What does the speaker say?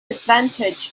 advantage